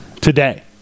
today